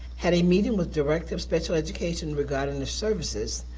had a meeting with director of special education regarding the services,